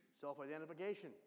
self-identification